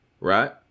right